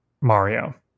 Mario